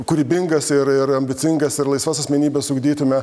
kūrybingas ir ir ambicingas ir laisvas asmenybes ugdytumėme